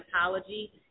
apology